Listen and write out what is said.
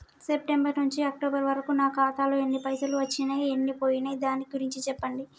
September నుంచి October వరకు నా ఖాతాలో ఎన్ని పైసలు వచ్చినయ్ ఎన్ని పోయినయ్ దాని గురించి చెప్పండి?